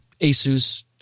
Asus